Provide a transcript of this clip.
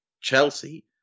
Chelsea